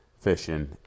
fishing